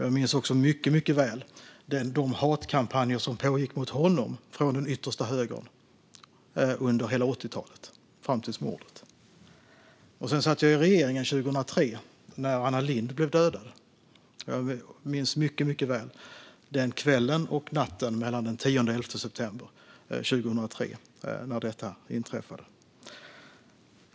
Jag minns också mycket väl de hatkampanjer som pågick mot honom från den yttersta högern under hela 80-talet fram till mordet. Jag satt i regeringen 2003 när Anna Lindh blev dödad. Jag minns mycket väl kvällen och natten mellan den 10 och 11 september 2003.